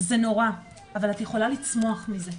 זה נורא, אבל את יכולה לצמוח מזה.